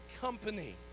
company